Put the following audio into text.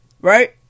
right